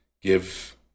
give